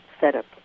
setup